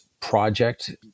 project